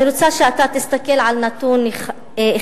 ברשותך, אני רוצה שאתה תסתכל על נתון אחד: